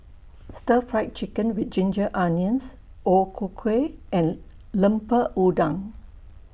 Stir Fried Chicken with Ginger Onions O Ku Kueh and Lemper Udang